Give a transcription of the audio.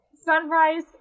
Sunrise